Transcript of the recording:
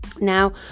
Now